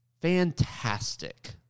fantastic